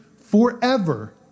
forever